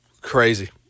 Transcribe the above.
Crazy